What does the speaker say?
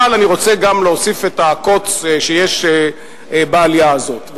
אבל אני רוצה גם להוסיף גם את הקוץ שיש באליה הזאת.